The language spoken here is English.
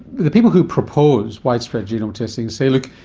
the people who propose widespread genome testing say, look,